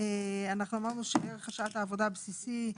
אנחנו אמרנו שערך שעת העבודה הבסיסי,